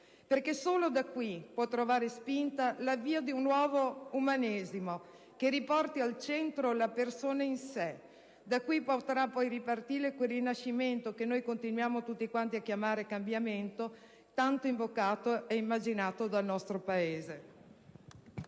perché solo da qui può trovare spinta l'avvio di un nuovo umanesimo, che riporti al centro la persona in sé. Da qui potrà poi ripartire quel Rinascimento, che noi continuiamo tutti a chiamare cambiamento, tanto invocato e immaginato dal nostro Paese.